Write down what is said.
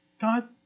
God